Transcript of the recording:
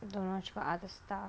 don't know she got other stuff